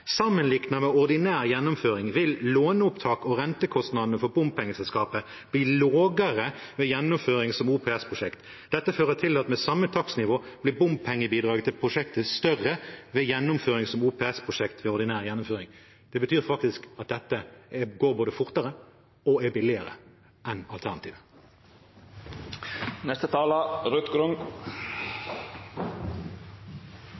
«Samanlikna med ordinær gjennomføring vil dermed låneopptaket og rentekostnadene for bompengeselskapet bli lågare ved gjennomføring som OPS-prosjekt. Dette fører til at med same takstnivå blir bompengebidraget til prosjektet større ved gjennomføring som OPS-prosjekt enn ved ordinær gjennomføring.» Det betyr faktisk at dette både går fortere og er billigere enn